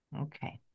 Okay